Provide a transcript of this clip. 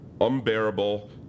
unbearable